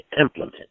implement